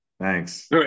thanks